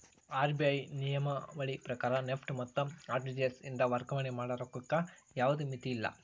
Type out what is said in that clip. RBI ನಿಯಮಾವಳಿ ಪ್ರಕಾರ NEFT ಮತ್ತ ಆರ್.ಟಿ.ಜಿ.ಎಸ್ ಇಂದ ವರ್ಗಾವಣೆ ಮಾಡ ರೊಕ್ಕಕ್ಕ ಯಾವ್ದ್ ಮಿತಿಯಿಲ್ಲ